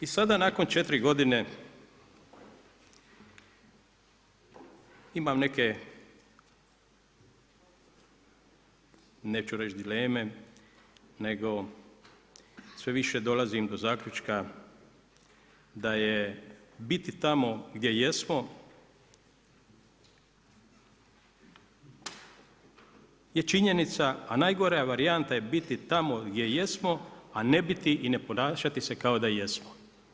I sada nakon 4 godine imam neke neću reći dileme nego sve više dolazim do zaključka da je biti tamo gdje jesmo činjenica a najgora varijanta je biti tamo gdje jesmo a ne biti i ne ponašati se kao da jesmo.